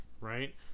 right